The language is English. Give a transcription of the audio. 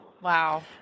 Wow